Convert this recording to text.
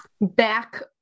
back